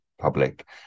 public